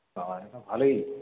বাবা এ তো ভালোই